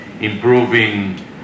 improving